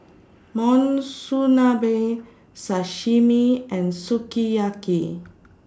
Monsunabe Sashimi and Sukiyaki